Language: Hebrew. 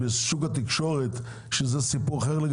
התקשורת שזה סיפור אחר.